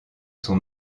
son